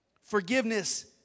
Forgiveness